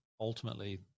Ultimately